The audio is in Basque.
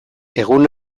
egun